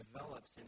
develops